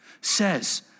says